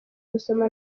gusoma